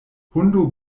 hundo